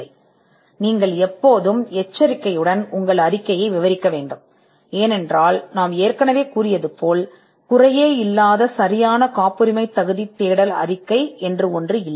உங்கள் அறிக்கையை நீங்கள் எப்போதும் எச்சரிக்கையுடன் விவரிக்கிறீர்கள் ஏனென்றால் நாங்கள் சொன்னது போல் சரியான காப்புரிமை தேடல் அறிக்கை எதுவும் இல்லை